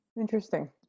Interesting